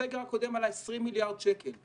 הסגר הקודם עלה 20 מיליארד שקל.